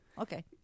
Okay